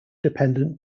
dependent